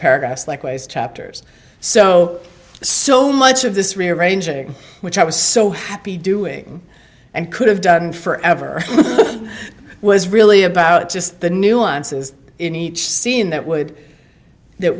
paragraphs like waste chapters so so much of this rearranging which i was so happy doing and could have done forever was really about just the nuances in each scene that would that